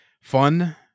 fun